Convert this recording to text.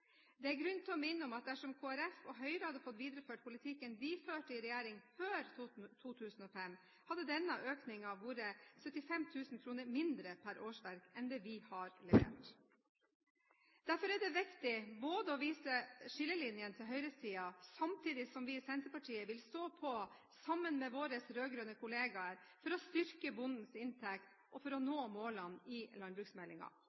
Det er grunn til å minne om at dersom Kristelig Folkeparti og Høyre hadde fått videreført politikken de førte i regjering før 2005, hadde denne økningen vært 75 000 kr mindre per årsverk enn det vi har levert. Derfor er det viktig å vise skillelinjene når det gjelder høyresiden, samtidig som vi i Senterpartiet vil stå på sammen med våre rød-grønne kolleger for å styrke bondens inntekt – for å